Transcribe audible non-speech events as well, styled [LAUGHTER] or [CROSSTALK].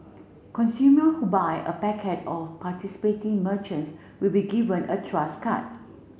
consumer who buy a [UNINTELLIGIBLE] of participating merchants will be given a Trust card